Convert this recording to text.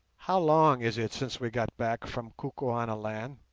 how long is it since we got back from kukuanaland